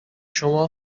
شما